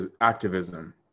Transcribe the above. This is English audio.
activism